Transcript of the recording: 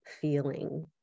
feeling